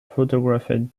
photographed